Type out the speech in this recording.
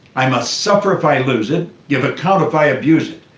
i must suffer if i lose it, give account if i abuse it.